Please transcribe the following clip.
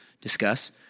discuss